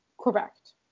Correct